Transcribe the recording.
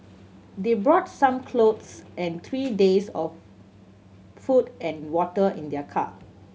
they brought some clothes and three days of food and water in their car